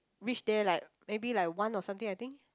reach there like maybe like one or something I think